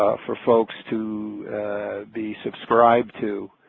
for folks to be subscribed to.